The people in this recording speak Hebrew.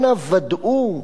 אנא ודאו,